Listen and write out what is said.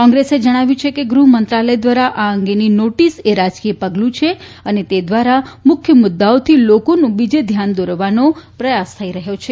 કોંગ્રેસે જણાવ્યું છે કે ગૃહમંત્રાલય દ્વારા આ અંગેની નોટીસ એ રાજકીય પગલું છે અને તે દ્વારા મુખ્ય મુદ્દાઓથી લોકોનું બીજે ધ્યાન દોરવાનો પ્રયાસ થઇ રહ્યો છે